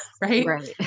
right